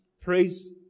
praise